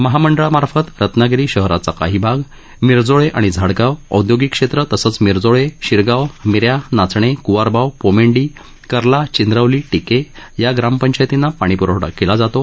महामंडळामार्फत रत्नागिरी शहराचा काही भाग मिरजोळे आणि झाडगाव औदयोगिक क्षेत्र तसंच मिरजोळे शिरगाव मिऱ्या नाचणे क्वारबाव पोर्मेंडी कर्ला चिंद्रवली टिके या ग्रामपंचायतींना पाणीप्रवठा केला जातो